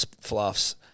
fluffs